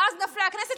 ואז נפלה הכנסת,